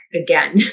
again